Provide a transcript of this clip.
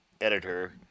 editor